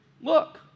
Look